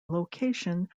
location